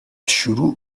شروع